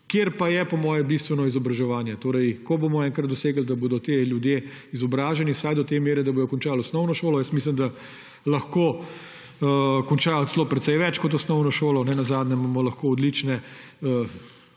kjer pa je po moje bistveno izobraževanje. Ko bomo enkrat dosegli, da bodo ti ljudje izobraženi vsaj do te mere, da bodo končali osnovno šolo, jaz mislim, da lahko končajo celo precej več kot osnovno šolo, nenazadnje imamo lahko odlične